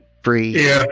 free